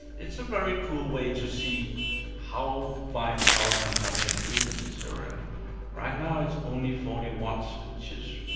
it's a very cool way to see how my power consumption is in this server, and right now, it's only forty watts, which is